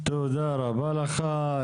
תודה רבה לך,